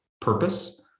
purpose